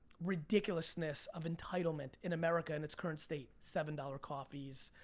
ridiculousness of entitlement in america in its current state, seven dollar coffees,